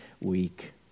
week